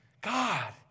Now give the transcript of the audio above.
God